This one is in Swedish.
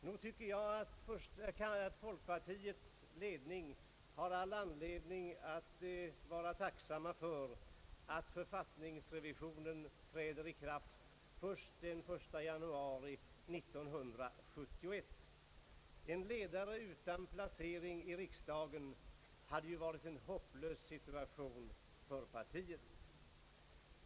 Nog tycker jag att folkpartiets ledning har all anledning att vara tacksam för att författningsrevisionen träder i kraft först den 1 januari 1971. Att ha en ledare utan placering i riksdagen hade ju variten hopplös situation för partiet.